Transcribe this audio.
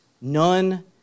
none